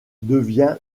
devient